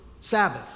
Sabbath